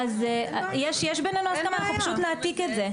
אז יש בינינו הסכמה, אנחנו פשוט נעתיק את זה.